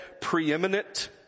preeminent